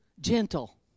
gentle